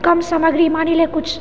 कम सामग्रीमे आनि ले किछु